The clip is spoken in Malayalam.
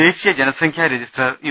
ദേശീയ ജനസംഖ്യാ രജിസ്റ്റർ യു